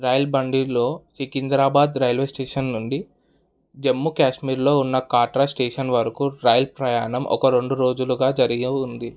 rail బండిలో Secunderabad railway station నుండి జమ్మూ కాశ్మీర్లో ఉన్న కాట్రా స్టేషన్ వరకు రైల్ ప్రయాణం ఒక రెండు రోజులుగా జరిగే ఉంది